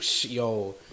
yo